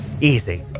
Easy